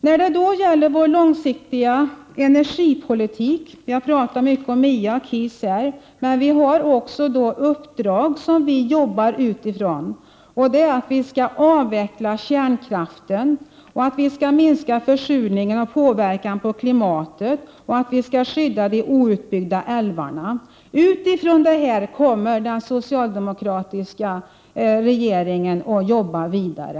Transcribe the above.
När det gäller socialdemokraternas långsiktiga energipolitik har vi här talat mycket om MIA och KIS, men regeringen arbetar också utifrån ett uppdrag, nämligen en avveckling av kärnkraften, en minskning av försurningen och klimatpåverkan samt att vi skall skydda de outbyggda älvarna. Det är utifrån dessa ställningstaganden som den socialdemokratiska regeringen kommer att arbeta vidare,